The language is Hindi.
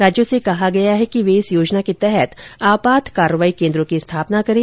राज्यों से कहा गया है कि वे इस योजना के तहत आपात कार्रवाई केन्द्रों की स्थापना करें